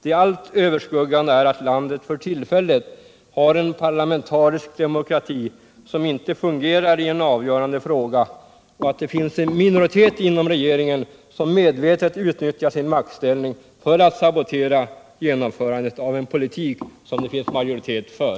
Det allt överskuggande är att landet för tillfället har en parlamentarisk demokrati som inte fungerar i en avgörande fråga och att det finns en minoritet inom regeringen som medvetet utnyttjar sin maktställning för att sabotera genomförandet av en politik som det finns majoritet för.